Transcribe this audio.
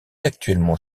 actuellement